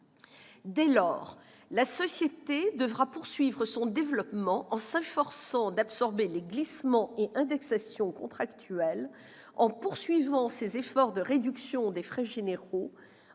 Dès lors, la société devra poursuivre son développement, en s'efforçant d'absorber les glissements et indexations contractuelles, en poursuivant ses efforts de réduction des frais généraux,